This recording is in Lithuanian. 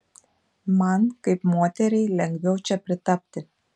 man kaip moteriai lengviau čia pritapti